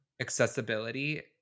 accessibility